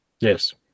yes